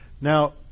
Now